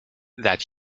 that